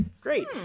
great